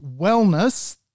wellness